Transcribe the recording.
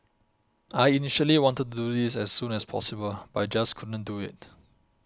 I initially wanted to do this as soon as possible but I just couldn't do it